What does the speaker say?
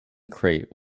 crate